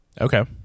Okay